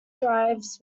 drives